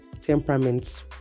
temperaments